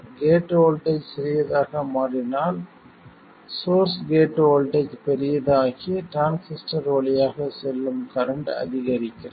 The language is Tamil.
கேட் வோல்ட்டேஜ் சிறியதாக மாறினால் சோர்ஸ் கேட் வோல்ட்டேஜ் பெரிதாகி டிரான்சிஸ்டர் வழியாக செல்லும் கரண்ட் அதிகரிக்கிறது